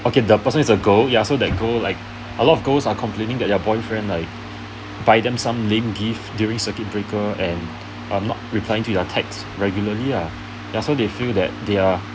okay the person is a girl ya so that girl like a lot of girls are complaining their boyfriend like buy them some lame gift during circuit breaker and uh not replying to their text regularly lah ya so they feel that they are